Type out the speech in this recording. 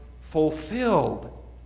fulfilled